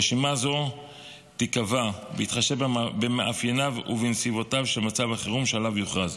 רשימה זו תיקבע בהתחשב במאפייניו ובנסיבותיו של מצב החירום שיוכרז.